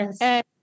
Yes